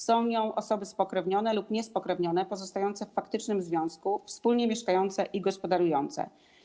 Są nią osoby spokrewnione lub niespokrewnione, pozostające w faktycznym związku, wspólnie mieszkające i gospodarujące.